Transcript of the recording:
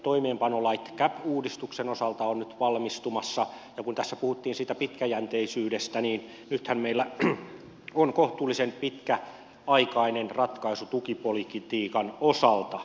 toimeenpanolait cap uudistuksen osalta ovat nyt valmistumassa ja kun tässä puhuttiin siitä pitkäjänteisyydestä niin nythän meillä on kohtuullisen pitkäaikainen ratkaisu tukipolitiikan osalta